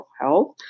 health